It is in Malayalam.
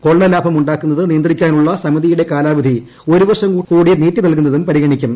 കൊള്ളലാഭമു ാക്കുന്നത് നിയന്ത്രിക്കാനുള്ള സമിതിയുടെ കാലാവധി ഒരു വർഷം കൂടി നീട്ടി നൽകുന്നതും പരിഗണിക്കും